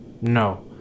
No